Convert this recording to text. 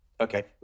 okay